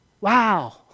Wow